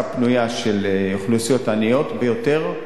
הפנויה של אוכלוסיות עניות ביותר,